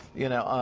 you know?